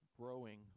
growing